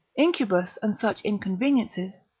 incubus and such inconveniences,